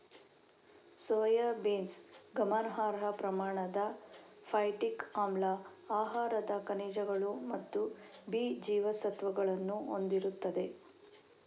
soybeans ಗಮನಾರ್ಹ ಪ್ರಮಾಣದ phytic ಆಮ್ಲ, ಆಹಾರದ ಖನಿಜಗಳು ಮತ್ತು ಬಿ ಜೀವಸತ್ವಗಳನ್ನು ಹೊಂದಿರುತ್ತದೆ